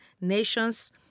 nations